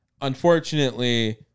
Unfortunately